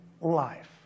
life